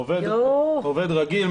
עובד רגיל,